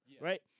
right